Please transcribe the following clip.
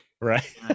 right